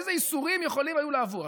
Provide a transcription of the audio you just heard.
איזה איסורים יכולים היו לעבור?